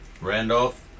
Randolph